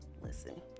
Listen